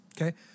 Okay